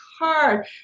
hard